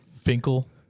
Finkel